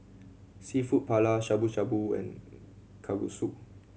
Seafood Paella Shabu Shabu and Kalguksu